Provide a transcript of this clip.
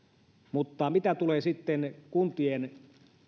mutta mitä tulee sitten kuntien